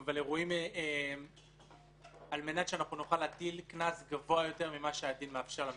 על מנת שנוכל להטיל קנס גבוה יותר ממה שהדין מאפשר לנו.